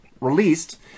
released